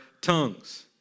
tongues